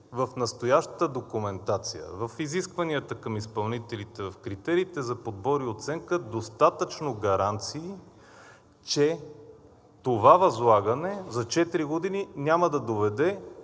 в настоящата документация, в изискванията към изпълнителите, в критериите за подбор и оценка достатъчно гаранции, че това възлагане за четири години няма да доведе